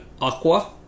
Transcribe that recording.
Aqua